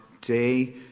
day